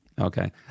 okay